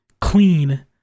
clean